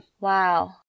Wow